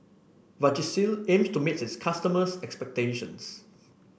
Vagisil aims to meet its customers' expectations